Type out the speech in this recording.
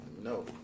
No